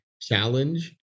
challenge